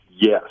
yes